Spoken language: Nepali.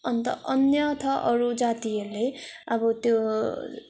अन्त अन्यथा अरू जातिहरूले अब त्यो